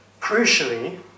Crucially